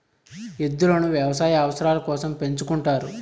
ఎద్దులను వ్యవసాయ అవసరాల కోసం పెంచుకుంటారు